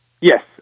Yes